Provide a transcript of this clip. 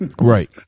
Right